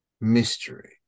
mystery